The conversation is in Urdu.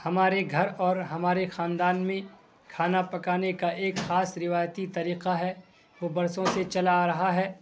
ہمارے گھر اور ہمارے خاندان میں کھانا پکانے کا ایک خاص روایتی طریقہ ہے وہ برسوں سے چلا آ رہا ہے